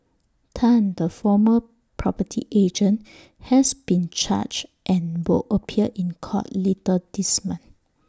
Tan the former property agent has been charged and will appear in court later this month